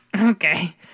Okay